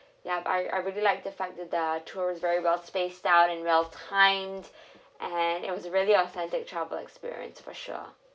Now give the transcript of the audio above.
ya I I really liked the fact that the tours very well spaced out and well timed and it was really authentic travel experience for sure